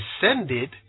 descended